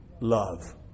love